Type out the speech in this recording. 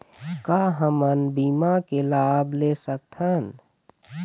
का हमन बीमा के लाभ ले सकथन?